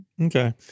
Okay